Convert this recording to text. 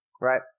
right